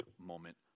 moment